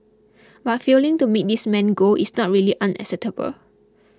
but failing to meet this main goal is not really unacceptable